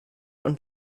und